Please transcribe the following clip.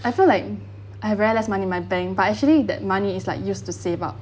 I feel like I have very less money in my bank but actually that money is like used to save up